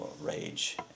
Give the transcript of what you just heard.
rage